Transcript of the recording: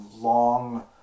long